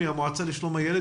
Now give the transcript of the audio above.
וינדמן, המועצה לשלום הילד,